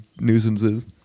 nuisances